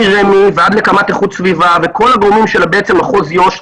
מרמ"י ועד לקמ"ט איכות סביבה וכל הגורמים של מחוז יו"ש,